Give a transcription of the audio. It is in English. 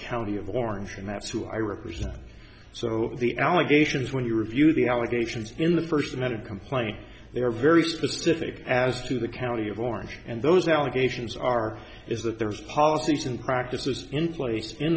county of orange and that's who i represent so the allegations when you review the allegations in the first met of complaint they are very specific as to the county of orange and those allegations are is that there is policies and practices in place in